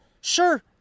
Sure